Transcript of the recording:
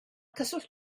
cyswllt